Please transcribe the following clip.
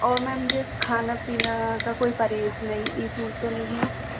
और मैम जो खाना पीना का कोई परहेज नहीं ये झूठ तो नहीं है